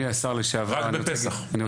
שר הרווחה והביטחון החברתי יעקב מרגי: אם